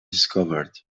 discovered